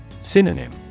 Synonym